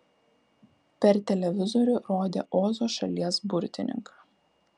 per televizorių rodė ozo šalies burtininką